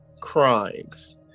crimes